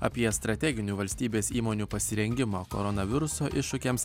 apie strateginių valstybės įmonių pasirengimą koronaviruso iššūkiams